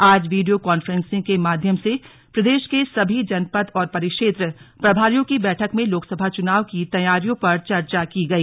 आज video conferencing के माध्यम से प्रदेश के सभी जनपद और परिक्षेत्र प्रभारियों की बैठक में लोकसभा चुनाव की तैयारियों पर चर्चा की गई